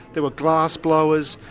there were glass blowers,